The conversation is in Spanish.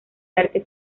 artes